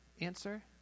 answer